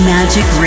Magic